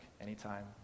anytime